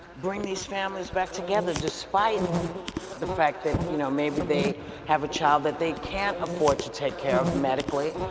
bring these families back together? despite the fact that you know maybe they have a child that they can't afford to take care of medically,